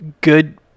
good